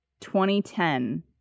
2010